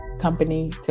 company